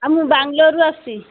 ଆ ମୁଁ ବାଙ୍ଗଲୋରରୁ ଆସିଛି